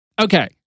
Okay